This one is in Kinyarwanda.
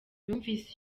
yumvise